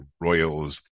royals